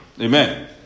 Amen